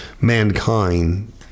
mankind